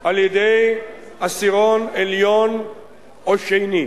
על-ידי העשירון העליון או השני.